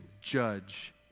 judge